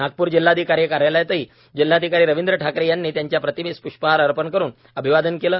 नागपूर जिल्हाधिकारी कार्यालयातही जिल्हाधिकारी रविंद्र ठाकरे यांनी त्यांच्या प्रतिमेस प्ष्पहार अर्पण करुन अभिवादन केले